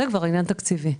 זה כבר עניין תקציבי.